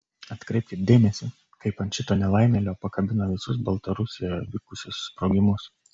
atkreipkit dėmesį kaip ant šito nelaimėlio pakabino visus baltarusijoje vykusius sprogimus